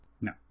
No